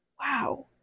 wow